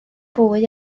fyw